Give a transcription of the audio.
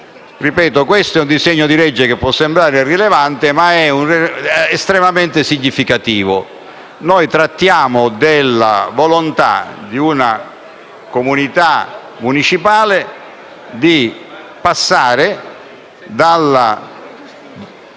enti locali. Il disegno di legge può sembrare irrilevante, ma è estremamente significativo. Noi trattiamo della volontà di una comunità municipale di passare dalla